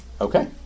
Okay